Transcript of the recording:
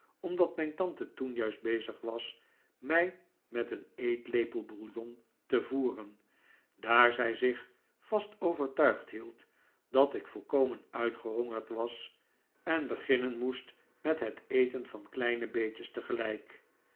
omdat mijn tante toen juist bezig was mij met een eetlepel bouillon te voeren daar zij zich vast overtuigd hield dat ik volkomen uitgehongerd was en beginnen moest met het eten van kleine beetjes